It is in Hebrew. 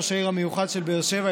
ראש העיר המיוחד של באר שבע,